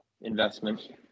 investment